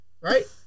right